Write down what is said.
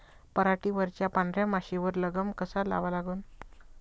पराटीवरच्या पांढऱ्या माशीवर लगाम कसा लावा लागन?